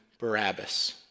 Barabbas